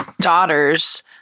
daughters